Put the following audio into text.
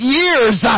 years